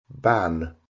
Ban